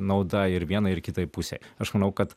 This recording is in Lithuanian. nauda ir vienai ir kitai pusei aš manau kad